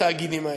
התאגידים האלה,